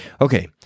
Okay